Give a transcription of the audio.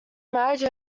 marriage